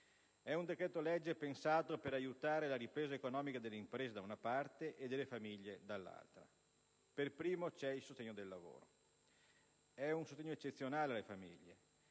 È un decreto-legge pensato per aiutare la ripresa economica delle imprese, da una parte, e delle famiglie dall'altra. Per primo, c'è il sostegno del lavoro. È un sostegno eccezionale alle famiglie.